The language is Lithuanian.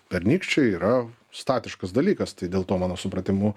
pernykščiai yra statiškas dalykas tai dėl to mano supratimu